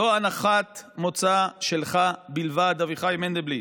זו הנחת מוצא שלך בלבד, אביחי מנדלבליט.